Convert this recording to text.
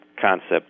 concept